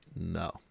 No